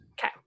Okay